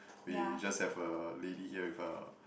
we just have a lady here with a